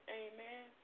amen